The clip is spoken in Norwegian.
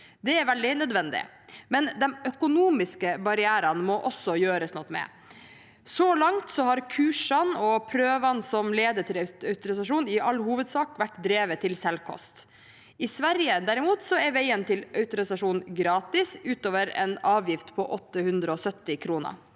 Det er nødvendig, men de økonomiske barrierene må det også gjøres noe med. Så langt har kursene og prøvene som leder til autorisasjon, i all hovedsak vært drevet til selvkost. I Sverige, derimot, er veien til autorisasjon gratis utover en avgift på 870 kr.